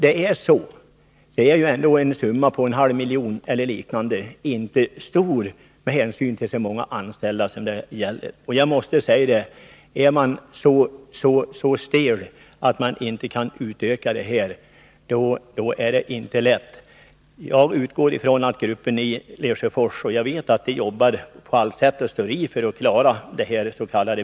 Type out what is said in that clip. Det är fråga om ett belopp på ca en halv miljon, vilket inte är så mycket med hänsyn till hur många anställda det gäller. Är man så stelbent att man inte kan höja det beloppet, då är det inte lätt. Jag vet att gruppen i Lesjöfors jobbar och står i på alla sätt för att klara dettas.k.